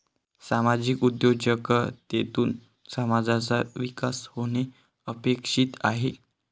सामाजिक उद्योजकतेतून समाजाचा विकास होणे अपेक्षित आहे